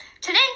Today